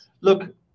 look